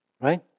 Right